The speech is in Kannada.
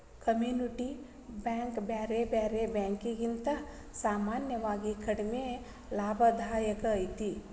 ಕಮ್ಯುನಿಟಿ ಬ್ಯಾಂಕ್ ಬ್ಯಾರೆ ಬ್ಯಾರೆ ಬ್ಯಾಂಕಿಕಿಗಿಂತಾ ಸಾಮಾನ್ಯವಾಗಿ ಕಡಿಮಿ ಲಾಭದಾಯಕ ಐತಿ